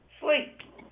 Sleep